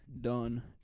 Done